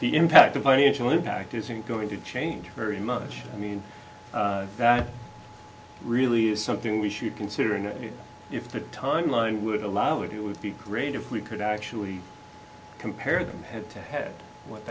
the impact of financial impact isn't going to change very much i mean that really is something we should consider and if the timeline would allow it would be great if we could actually compare them head to head what